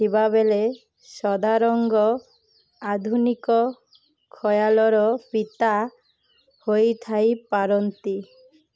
ଥିବାବେଳେ ସଦାରଙ୍ଗ ଆଧୁନିକ ଖୟାଲର ପିତା ହୋଇଥାଇପାରନ୍ତି